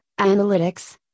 Analytics